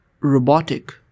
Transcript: robotic